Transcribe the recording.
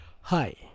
hi